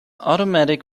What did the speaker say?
automatic